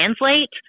translate